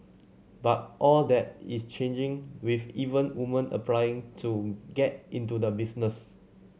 but all that is changing with even woman applying to get into the business